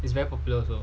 it's very popular though